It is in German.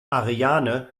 ariane